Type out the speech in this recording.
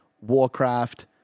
Warcraft